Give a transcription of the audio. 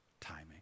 timing